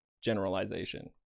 generalization